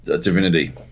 Divinity